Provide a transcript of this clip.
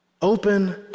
Open